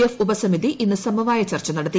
F ഉപസമിതി ഇന്ന് സമവായ ചർച്ച നടത്തി